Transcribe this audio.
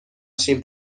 شیم